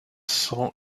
cent